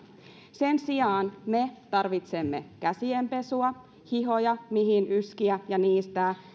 sen sijaan me tarvitsemme käsien pesua hihoja mihin yskiä ja niistää